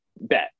bet